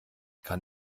kann